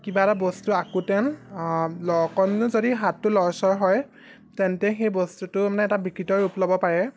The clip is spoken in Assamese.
কিবা এটা বস্তু আঁকোতে অকণো যদি হাতটো লৰচৰ হয় তেন্তে সেই বস্তুটো মানে এটা বিকৃত ৰূপ ল'ব পাৰে